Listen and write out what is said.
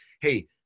Hey